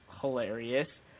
hilarious